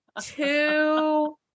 two